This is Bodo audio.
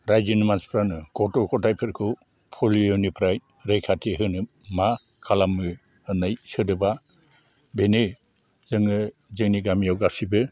रायजोनि मानसिफ्रा होनो गथ' गथाइफोरखौ पलिअनिफ्राय रैखाथि होनो मा खालामो होननाय सोदोबआ बेनो जोङो जोंनि गामियाव गासिबो